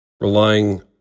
relying